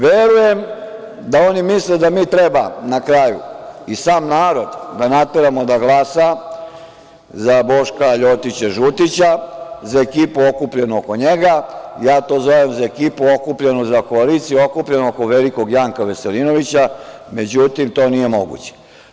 Verujem da oni misle da mi treba, na kraju i sam narod, da nateramo da glasa za Boška ljotića žutića, za ekipu okupljenu oko njega, ja to zovem za ekipu okupljenu, za koaliciju okupljenu oko velikog Janka Veselinovića, međutim, to nije moguće.